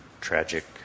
tragic